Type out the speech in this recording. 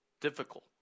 difficult